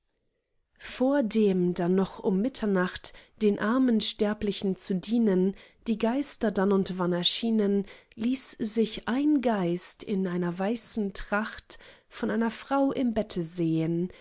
vordem da noch um mitternacht den armen sterblichen zu dienen die geister dann und wann erschienen ließ sich ein geist in einer weißen tracht vor einer frau im bette sehen